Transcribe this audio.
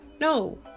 no